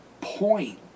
point